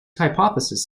hypothesis